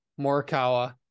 Morikawa